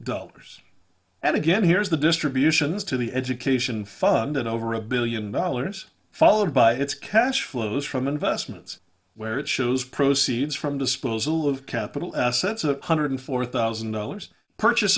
dollars and again here is the distributions to the education fund and over a billion dollars followed by its cash flows from investments where it shows proceeds from disposal of capital assets of one hundred four thousand dollars purchase